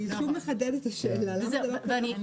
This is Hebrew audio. אני שוב מחדדת את השאלה הזאת.